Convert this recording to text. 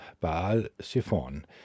Baal-Siphon